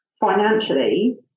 financially –